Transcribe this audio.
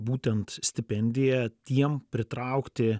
būtent stipendiją tiem pritraukti